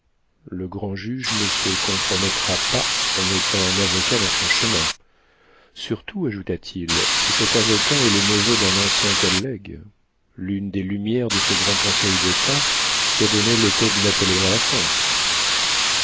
le grand-juge ne se compromettra pas en mettant un avocat dans son chemin surtout ajouta-t-il si cet avocat est le neveu d'un ancien collègue l'une des lumières de ce grand conseil-d'état qui a donné le code napoléon à la france